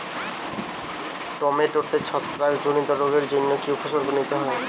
টমেটোতে ছত্রাক জনিত রোগের জন্য কি উপসর্গ নিতে হয়?